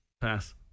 Pass